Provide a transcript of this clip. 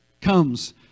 comes